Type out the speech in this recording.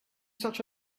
such